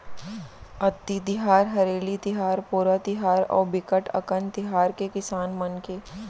अक्ति तिहार, हरेली तिहार, पोरा तिहार अउ बिकट अकन तिहार हे किसान मन के